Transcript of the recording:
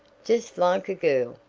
just like a girl.